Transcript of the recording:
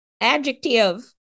Adjective